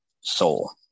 soul